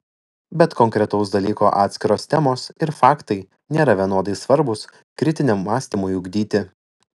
bet konkretaus dalyko atskiros temos ir faktai nėra vienodai svarbūs kritiniam mąstymui ugdyti